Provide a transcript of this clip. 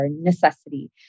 necessity